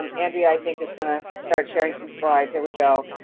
um andrea i think is going to start sharing some slides. there we go.